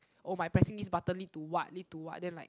oh by pressing this button lead to what lead to what then like